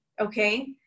okay